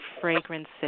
fragrances